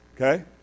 Okay